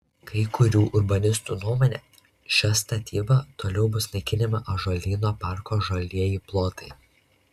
kai kurių urbanistų nuomone šia statyba toliau bus naikinami ąžuolyno parko žalieji plotai